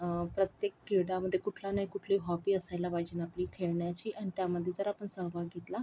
प्रत्येक क्रीडामध्ये कुठला ना कुठली हॉबी असायला पाहिजे ना आपली खेळण्याची आणि त्यामध्ये जर आपण सहभाग घेतला